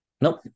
Nope